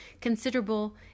considerable